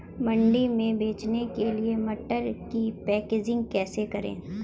मंडी में बेचने के लिए मटर की पैकेजिंग कैसे करें?